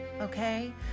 okay